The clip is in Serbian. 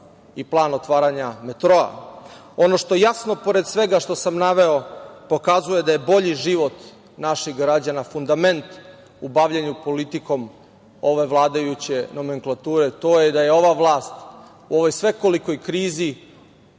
i plan otvaranja metroa, ono što je jasno, pored svega što sam naveo, pokazuje da je bolji život naših građana fundament u bavljenju politikom ove vladajuće nomenklature, to je da je ova vlast u ovoj svekolikoj krizi